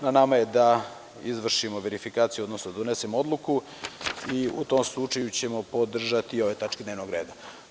Na nama je da izvršimo verifikaciju, odnosno donesemo odluku i u tom slučaju ćemo podržati i ove tačke dnevnog reda.